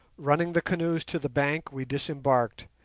running the canoes to the bank, we disembarked,